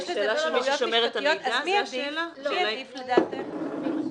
יש לזה משמעויות משפטיות, מי עדיף לדעתך?